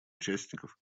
участников